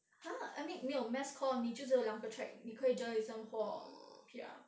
!huh! I mean 没有 mass comm 你就有两个 track 你可以 journalism 或 P_R